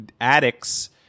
addicts